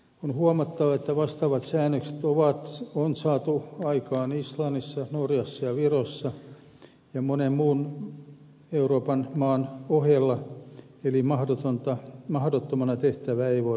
on huomattava että vastaavat säännökset on saatu aikaan islannissa norjassa ja virossa monen muun euroopan maan ohella eli mahdottomana tehtävää ei voida pitää